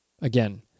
again